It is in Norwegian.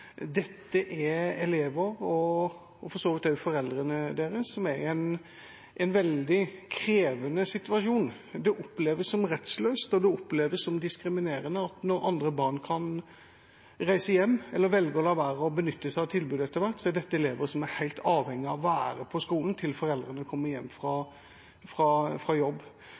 Dette er elever – foreldrene deres også, for så vidt – som er i en veldig krevende situasjon. Det oppleves som rettsløst, og det oppleves som diskriminerende at når andre barn kan reise hjem eller kan velge å la være å benytte seg av tilbudet etter hvert, er dette elever som er helt avhengig av å være på skolen til foreldrene kommer hjem fra